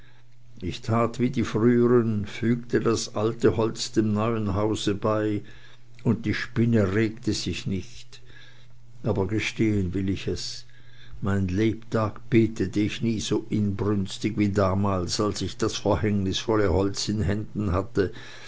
ich tat wie die frühern fügte das alte holz dem neuen hause bei und die spinne regte sich nicht aber gestehen will ich es mein lebtag betete ich nie so inbrünstig wie damals als ich das verhängnisvolle holz in händen hatte